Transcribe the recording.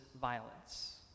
violence